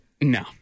No